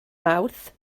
mawrth